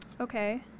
Okay